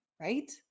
right